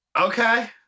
Okay